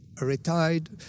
retired